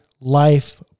life